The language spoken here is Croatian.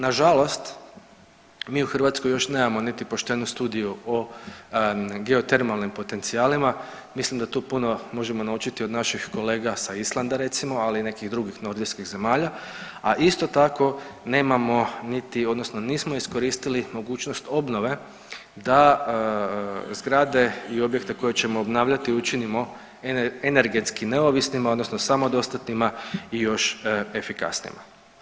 Nažalost, mi u Hrvatskoj još nemamo niti poštenu studiju o geotermalnim potencijalima, mislim da tu puno možemo naučiti od naših kolega sa Islanda recimo, ali i nekih drugih nordijskih zemalja, a isto tako nemamo niti odnosno nismo iskoristili mogućnost obnove da zgrade i objekte koje ćemo obnavljati učinimo energetski neovisnima odnosno samodostatnima i još efikasnijima.